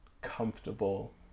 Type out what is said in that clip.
comfortable